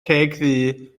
cegddu